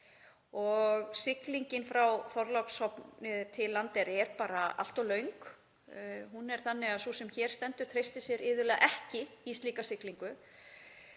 siglingin frá Þorlákshöfn til Eyja er bara allt of löng. Hún er þannig að sú sem hér stendur treystir sér iðulega ekki í slíka siglingu